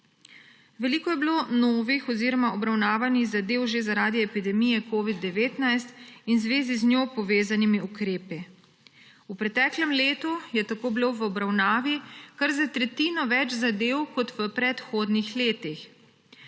Veliko je bilo novih oziroma obravnavanih zadev že zaradi epidemije covida-19 in v zvezi z njo povezanih ukrepov. V preteklem letu je tako bilo v obravnavi kar za tretjino več zadev kot v predhodnih letih.